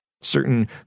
certain